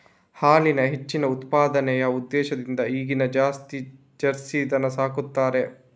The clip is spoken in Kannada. ಹಾಲಿನ ಹೆಚ್ಚಿನ ಉತ್ಪಾದನೆಯ ಉದ್ದೇಶದಿಂದ ಈಗೀಗ ಜಾಸ್ತಿ ಜರ್ಸಿ ದನ ಸಾಕ್ತಾರೆ